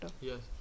yes